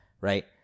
right